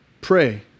pray